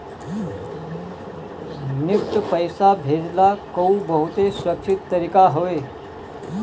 NEFT पईसा भेजला कअ बहुते सुरक्षित तरीका हवे